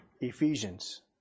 Ephesians